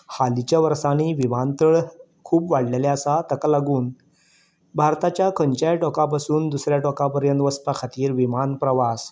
हालींच्या वर्सांनी विमानतळ खूब वाडलेले आसात ताका लागून भारताच्या खंयच्या टोंकापसून दुसऱ्या टोंकापर्यंत वचपा खातीर विमान प्रवास